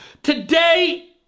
Today